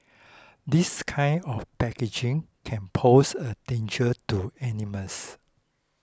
this kind of packaging can pose a danger to animals